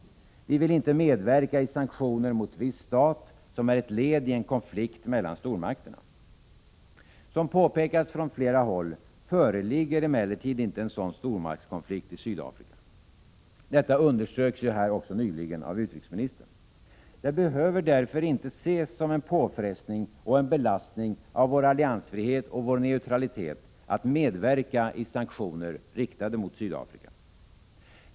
Vi vill inte medverka i sanktioner mot viss stat, som är ett led i en konflikt mellan stormakterna. Som påpekats från flera håll föreligger inte sådan stormaktskonflikt i Sydafrika. Det underströk också utrikesministern nyligen. Det behöver därför inte ses som en påfrestning och belastning på vår alliansfrihet och neutralitet att medverka i sanktioner riktade mot Sydafrika.